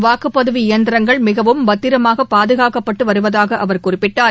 வாக்குப்பதிவு இயந்திரங்கள் மிகவும் பத்திரமாகபாதுகாக்கப்பட்டுவருவதாகஅவர் குறிப்பிட்டார்